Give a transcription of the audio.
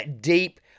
deep